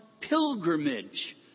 pilgrimage